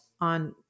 on